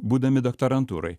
būdami doktorantūroje